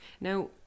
Now